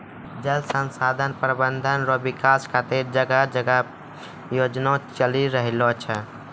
जल संसाधन प्रबंधन रो विकास खातीर जगह जगह योजना चलि रहलो छै